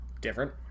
different